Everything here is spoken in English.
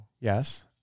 Yes